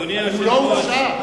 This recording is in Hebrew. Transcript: הוא לא הורשע.